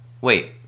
wait